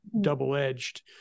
double-edged